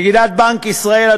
נגידת בנק ישראל,